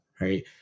right